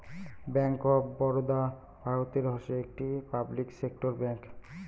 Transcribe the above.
bank of Baroda ভারতের হসে একটি পাবলিক সেক্টর ব্যাঙ্ক